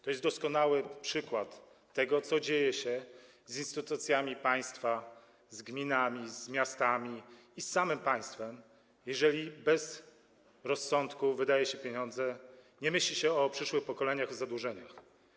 To jest doskonały przykład tego, co dzieje się z instytucjami państwa, z gminami, z miastami i z samym państwem, jeżeli bez rozsądku wydaje się pieniądze, nie myśli się o przyszłych pokoleniach, o zadłużeniach.